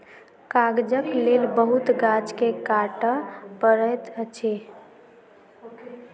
कागजक लेल बहुत गाछ के काटअ पड़ैत अछि